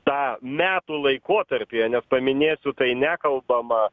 tą metų laikotarpyje nes paminėsiu tai nekalbama